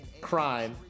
crime